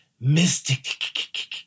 mystic